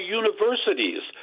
universities